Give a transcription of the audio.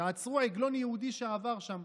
ועצרו עגלון יהודי שעבר שם